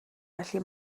felly